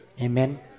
Amen